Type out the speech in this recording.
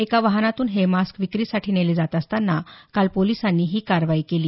एका वाहनातून हे मास्क विक्रीसाठी नेले जात असताना काल पोलिसांनी ही कारवाई केली